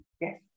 Yes